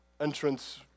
entrance